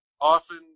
often